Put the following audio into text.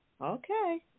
Okay